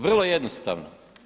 Vrlo jednostavno.